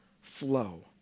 flow